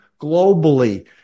globally